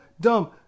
dumb